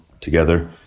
together